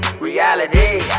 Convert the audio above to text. reality